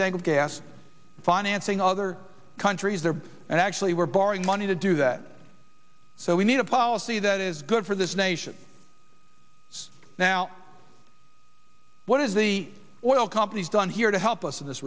philadelphia gas financing other countries there and actually we're borrowing money to do that so we need a policy that is good for this nation now what is the oil companies done here to help us in this